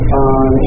on